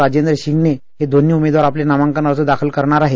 राजेंद्र शिंगणे हे दोन्ही आपले नामांकन अर्ज दाखल करणार आहेत